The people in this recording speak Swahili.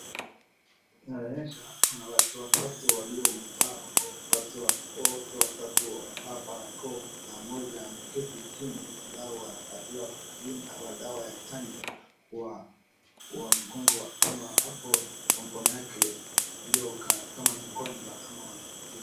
Inaonyesha wanawake watatu waliovaa wote watatu wamevaa barakoa na mmoja ameketi chini ambao wanapatiwa vaccine ama dawa ya chanjo kwa mgongo ama hapo kwa mkono yake iliyokaa kama ni mgonjwa ama wanatibu.